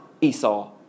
Esau